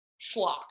schlock